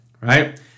right